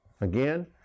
Again